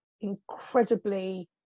incredibly